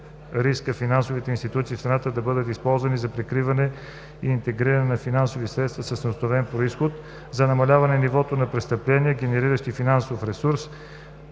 риска финансовите институции в страната да бъдат използвани за прикриване и интегриране на финансови средства с неустановен произход, за намаляване нивото на престъпленията, генериращи финансов резултат,